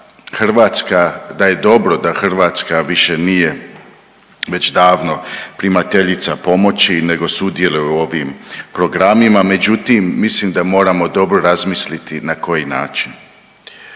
da je dobro da Hrvatska više nije već davno primateljica pomoći nego sudjeluje u ovim programima, međutim, mislim da moramo dobro razmisliti na koji način.